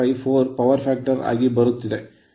254 power factor ಆಗಿ ಬರುತ್ತಿದೆ